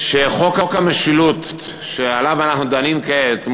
שחוק המשילות שעליו אנחנו דנים כעת,